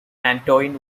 antoine